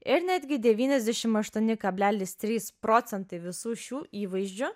ir netgi devyniasdešim aštuoni kablelis trys procentai visų šių įvaizdžių